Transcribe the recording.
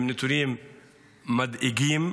נתונים מדאיגים,